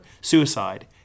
suicide